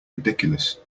ridiculous